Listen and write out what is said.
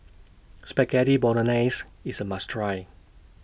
Spaghetti Bolognese IS A must Try